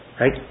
Right